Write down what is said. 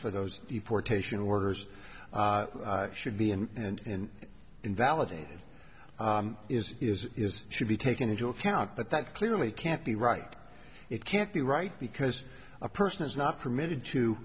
for those importation orders should be and invalidated is is is should be taken into account but that clearly can't be right it can't be right because a person is not permitted to